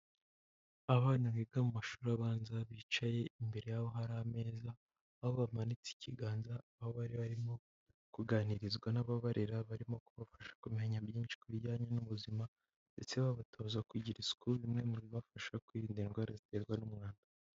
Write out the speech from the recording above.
Abana biga mu mashuri abanza bicaye imbere y'abo hari ameza, aho bamanitse ikiganza, aho bari barimo kuganirizwa n'ababarera barimo kubafasha kumenya byinshi ku bijyanye n'ubuzima ndetse babatoza kugira isuku, bimwe mu bibafasha kwirinda indwara ziterwa n'umwanda.